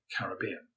Caribbean